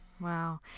Wow